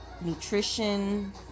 nutrition